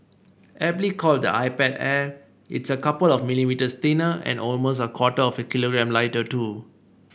aptly called the iPad Air it's a couple of millimetres thinner and almost a quarter of a kilogram lighter too